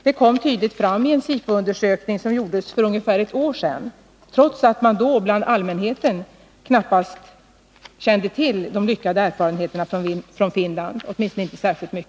Det kom tydligt fram i en SIFO-undersökning som gjordes för ungefär ett år sedan, trots att man bland allmänheten då knappast kände till de lyckade erfarenheterna från Finland.